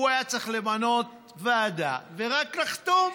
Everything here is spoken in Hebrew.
הוא היה צריך למנות ועדה ורק לחתום.